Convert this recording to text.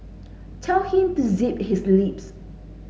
tell him to zip his lips